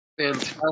Fantastic